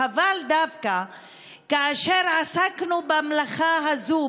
חבל שדווקא כאשר עסקנו במלאכה הזאת,